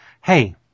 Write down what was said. hey